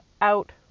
out